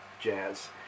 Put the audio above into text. jazz